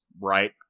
right